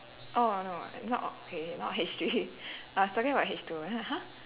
oh no not not H three I was talking about H two I was like !huh!